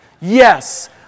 Yes